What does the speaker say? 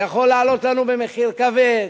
זה יכול לעלות לנו במחיר כבד,